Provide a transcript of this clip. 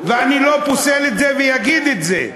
ואני לא פוסל את זה ואגיד את זה: